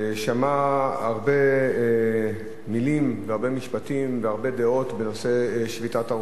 שמע הרבה מלים והרבה משפטים והרבה דעות בנושא שביתת הרופאים.